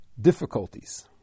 difficulties